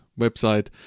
website